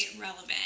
relevant